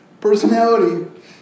personality